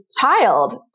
child